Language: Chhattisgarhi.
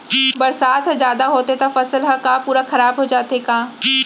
बरसात ह जादा होथे त फसल ह का पूरा खराब हो जाथे का?